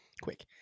quick